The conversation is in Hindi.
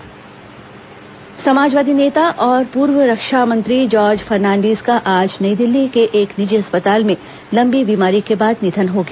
जार्ज फर्नांडिस निधन समाजवादी नेता और पूर्व रक्षा मंत्री जार्ज फर्नांडिस का आज नई दिल्ली के एक निजी अस्पताल में लंबी बीमारी के बाद निधन हो गया